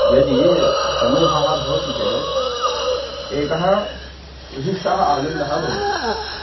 यदि समूहः भवति चेत् एकः विशिष्टः आनन्दः भवति